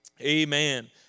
Amen